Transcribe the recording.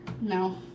No